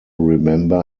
remember